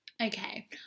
Okay